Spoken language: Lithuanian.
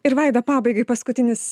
ir vaida pabaigai paskutinis